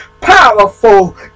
powerful